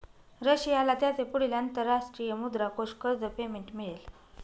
रशियाला त्याचे पुढील अंतरराष्ट्रीय मुद्रा कोष कर्ज पेमेंट मिळेल